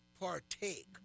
partake